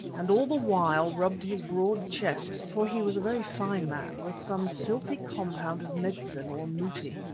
and all the while rubbed his broad chest for he was a very fine man with some filthy compound of medicine or mouti.